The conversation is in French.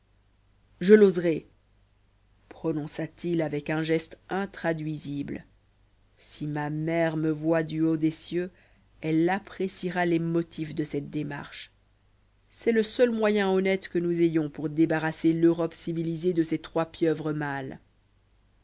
je l'oserai prononça-t-il avec un geste intraduisible si ma mère me voit du haut des cieux elle appréciera les motifs de cette démarche c'est le seul moyen honnête que nous ayons pour débarrasser l'europe civilisée de ces trois pieuvres mâles